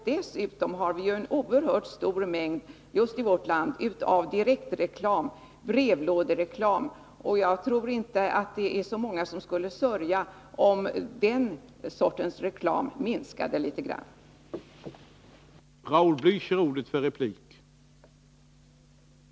Dessutom har vi just i vårt land en oerhört stor mängd av direktreklam, brevlådereklam. Jag tror inte det är många som skulle sörja om den sortens reklam minskade litet Nr 93